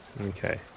Okay